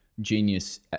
Genius